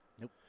Nope